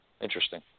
Interesting